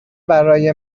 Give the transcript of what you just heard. برای